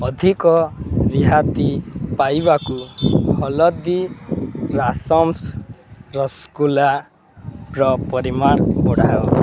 ଅଧିକ ରିହାତି ପାଇବାକୁ ହଳଦୀରାସମସ୍ ରସଗୋଲାର ପରିମାଣ ବଢ଼ାଅ